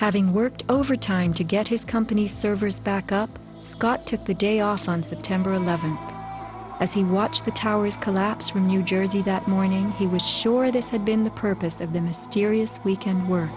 having worked overtime to get his company's servers back up scott took the day ah us on september eleventh as he watched the towers collapse from new jersey that morning he was sure this had been the purpose of the mysterious weekend w